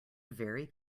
very